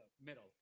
Middle